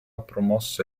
promosse